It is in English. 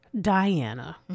Diana